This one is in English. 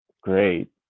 great